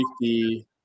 safety